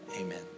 Amen